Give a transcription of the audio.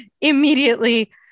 immediately